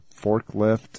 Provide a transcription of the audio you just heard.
forklift